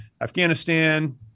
Afghanistan